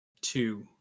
two